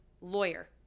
lawyer